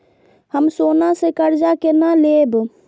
हम सोना से कर्जा केना लैब?